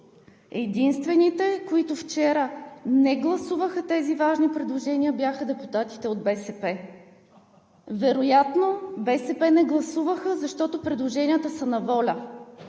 Единствените, които вчера не гласуваха тези важни предложения, бяха депутатите от БСП. Вероятно БСП не гласуваха, защото предложенията са на ВОЛЯ.